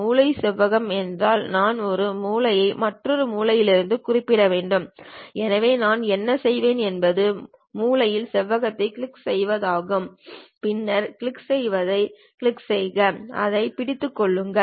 மூலை செவ்வகம் என்றால் நான் ஒரு மூலையை மற்றொரு மூலையில் குறிப்பிட வேண்டும் எனவே நான் என்ன செய்வேன் என்பது மூலையில் செவ்வகத்தைக் கிளிக் செய்வதாகும் பின்னர் கிளிக் செய்வதைக் கிளிக் செய்க அதைப் பிடித்துக் கொள்ளுங்கள்